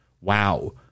Wow